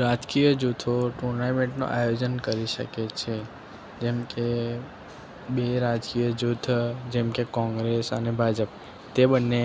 રાજકીય જૂથો ટુર્નામેન્ટનું આયોજન કરી શકે છે જેમ કે બે રાજકીય જૂથ જેમ કે કોંગ્રેસ અને ભાજપ તે બંને